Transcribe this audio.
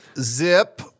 Zip